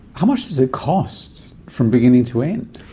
how much does it cost from beginning to end